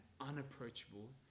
unapproachable